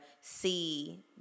see